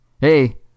Hey